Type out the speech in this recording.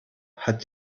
hat